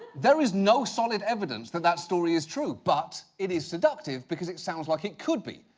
there is no solid evidence that that story is true. but it is seductive because it sounds like it could be.